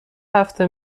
هفته